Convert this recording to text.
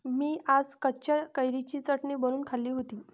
मी आज कच्च्या कैरीची चटणी बनवून खाल्ली होती